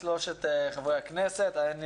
פה אחד, שלושת חברי הכנסת הצביעו